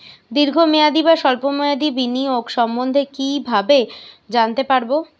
দীর্ঘ মেয়াদি বা স্বল্প মেয়াদি বিনিয়োগ সম্বন্ধে কীভাবে জানতে পারবো?